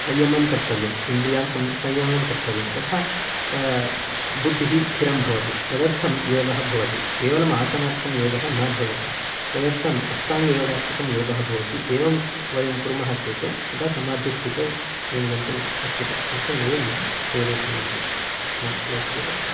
संयमं कर्तव्यम् इन्द्रियान् सं संयमं कर्तव्यम् तथा बुद्धिः स्थिरं भवति तदर्थं योगः भवति केवलम् आसनार्थं योगः न भवति तदर्थं अष्टाङ्गयोगात्मकं योगः भवति एवं वयं कुर्मः चेत् तथा समाधिस्थितौ वयं गन्तुं शक्यते तत् तु एवं प्रेरेपयन्ति अस्मान् योगगुरुवः